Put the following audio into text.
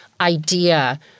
idea